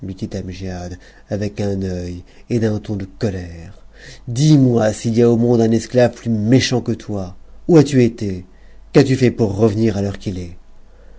avec un œil et d'un ton de colère dis-moi s'il y a au monde un esclave plus méchant que toi où as-tu été qu'as-tu fait pour revenir à l'heure qu'il est